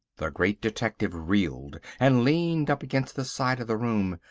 the great detective reeled and leaned up against the side of the room.